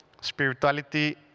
spirituality